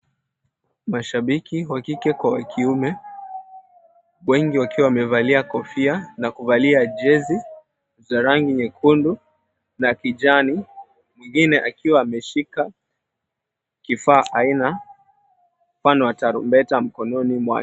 Mashabiki wa kike kwa wakiume wengi wakiwa wamevalia kofia na kuvalia jezi za rangi nyekundu na kijani, mwingine akiwa ameshika kifaa aina mfano wa tarumbeta mkononi mwake.